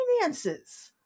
finances